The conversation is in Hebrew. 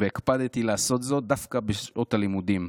והקפדתי לעשות זאת דווקא בשעות הלימודים.